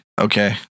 Okay